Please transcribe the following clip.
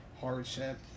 hardship